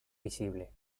visibles